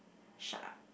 shut up